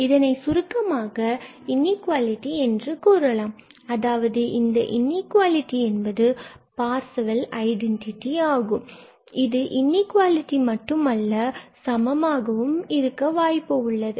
இதனை சுருக்கமாக இன்இகுவாலிடி என்று கூறலாம் அதாவது இந்த இன்இகுவாலிட்டி என்பது ஒரு பார்சவெல் ஐடென்டிட்டி ஆகும் இது இன்இகுவாலிட்டி மட்டுமல்ல ஆனால் சமமாகவும் இருக்க வாய்ப்பு உள்ளது